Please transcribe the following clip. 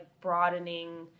broadening